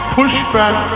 pushback